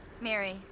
Mary